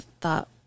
thought